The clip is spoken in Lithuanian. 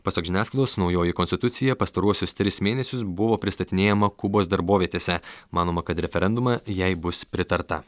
pasak žiniasklaidos naujoji konstitucija pastaruosius tris mėnesius buvo pristatinėjama kubos darbovietėse manoma kad referendume jei bus pritarta